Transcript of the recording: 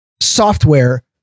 software